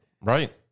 Right